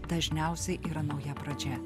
dažniausiai yra nauja pradžia